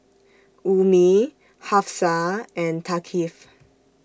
Ummi Hafsa and Thaqif